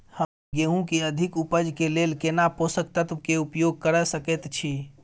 हम गेहूं के अधिक उपज के लेल केना पोषक तत्व के उपयोग करय सकेत छी?